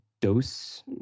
dose